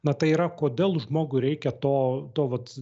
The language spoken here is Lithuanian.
na tai yra kodėl žmogui reikia to to vat